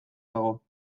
dago